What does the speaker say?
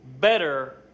better